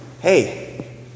hey